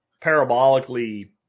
parabolically